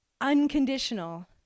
Unconditional